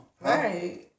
Right